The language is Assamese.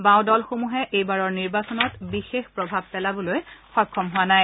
বাওঁ দলসমূহে এইবাৰৰ নিৰ্বাচনত বিশেষ প্ৰভাৱ পেলাবলৈ সক্ষম হোৱা নাই